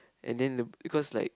and then the because like